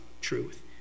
truth